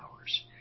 hours